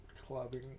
clubbing